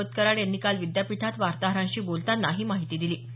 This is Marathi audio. भागवत कराड यांनी काल विद्यापीठात वार्ताहरांशी बोलताना ही माहिती दिली